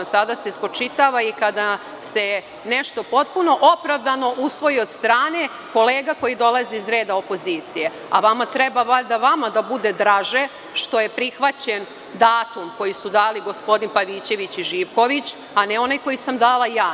Sada se spočitava kada se nešto potpuno opravdano usvoji od strane kolega koji dolaze iz reda opozicije, a vama treba, valjda, vama da bude draže što je prihvaćen datum koji su dali gospodin Pavićević i Živković, a ne onaj koji sam dala ja.